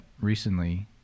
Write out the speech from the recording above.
recently